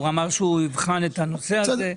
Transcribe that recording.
הוא אמר שהוא יבחן את הנושא הזה.